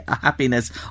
Happiness